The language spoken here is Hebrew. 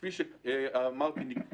כפי שאמרתי,